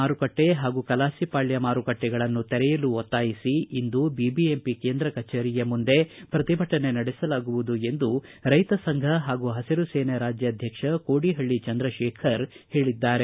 ಮಾರುಕಟ್ಟೆ ಹಾಗೂ ಕಲಾಸಿಪಾಳ್ಯ ಮಾರುಕಟ್ಟೆಗಳನ್ನು ತೆರೆಯಲು ಒತ್ತಾಯಿಸಿ ಇಂದು ಬಿಬಿಎಂಪಿ ಕೇಂದ್ರ ಕಚೇರಿಯ ಮುಂದೆ ಬೃಹತ್ ಪ್ರತಿಭಟನೆ ನಡೆಸಲಾಗುವುದು ಎಂದು ರೈತ ಸಂಘ ಹಾಗೂ ಹಸಿರು ಸೇನೆ ರಾಜ್ಯಾಧ್ಯಕ್ಷ ಕೋಡೀಹಳ್ಳಿ ಚಂದ್ರಶೇಖರ್ ಹೇಳಿದ್ದಾರೆ